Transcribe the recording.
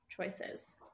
choices